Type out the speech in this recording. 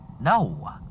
no